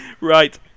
Right